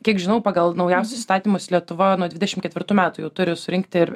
kiek žinau pagal naujausius įstatymus lietuvoj nuo dvidešimt ketvirtų metų jau turi surinkti ir